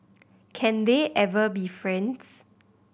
can they ever be friends